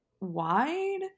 wide